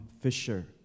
fisher